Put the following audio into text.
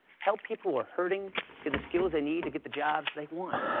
help people who are hurting get the skills they need to get the jobs they want.